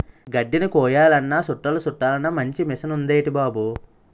గడ్దిని కొయ్యాలన్నా సుట్టలు సుట్టలన్నా మంచి మిసనుందేటి బాబూ